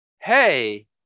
hey